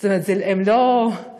זאת אומרת, הם לא נעלמים.